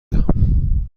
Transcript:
دهم